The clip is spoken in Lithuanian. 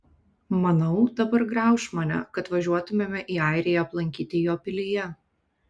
manau dabar grauš mane kad važiuotumėme į airiją aplankyti jo pilyje